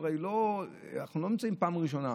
הרי אנחנו לא נמצאים בפעם הראשונה,